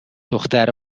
دختر